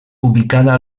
ubicada